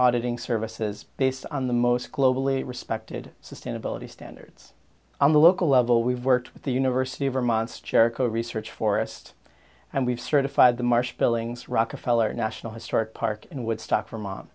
auditing services based on the most globally respected sustainability standards on the local level we've worked with the university vermont's jericho research forest and we've certified the marsh billings rockefeller national historic park in woodstock vermont